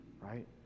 right